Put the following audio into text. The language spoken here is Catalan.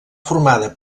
formada